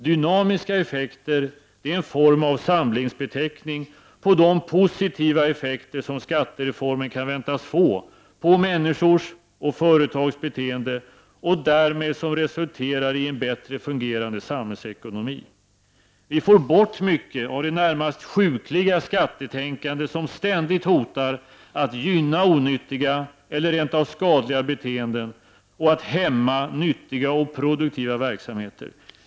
Dynamiska effekter är en form av samlingsbeteckning på de positiva effekter som skattereformen kan väntas få på människors och företags beteende och som därmed resulterar i en bättre fungerande samhällsekonomi. Vi får bort mycket av det närmast sjukliga skattetänkande som ständigt hotar att gynna onyttiga eller rent av skadliga beteenden och att hämma nyttiga och produktiva verksamheter.